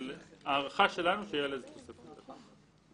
אבל ההערכה שלנו שתהיה לזה תוספת תקציב.